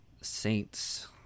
Saints